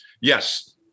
yes